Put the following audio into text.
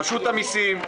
רשות המסים,